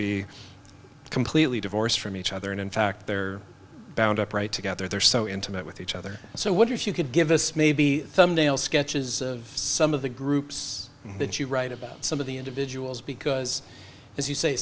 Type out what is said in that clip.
be completely divorced from each other and in fact they're bound up right together they're so intimate with each other so what if you could give us maybe thumbnail sketches of some of the groups that you write about some of the individuals because as you say